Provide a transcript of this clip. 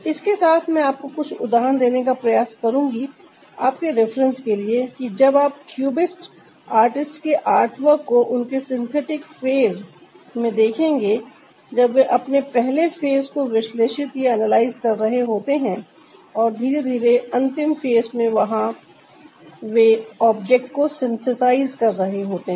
इसके साथ मैं आपको कुछ उदाहरण देने का प्रयास करूंगी आपके रिफरेंस के लिए कि जब आप क्यूबिस्ट आर्टिस्ट के आर्टवर्क को उनके सिंथेटिक फेस में देखेंगे जब वे अपने पहले फेस को विश्लेषित या एनालाइज कर रहे होते हैं और धीरे धीरे अंतिम फेस में वे वहां ऑब्जेक्ट को सिंथेसाइज कर रहे होते हैं